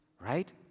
right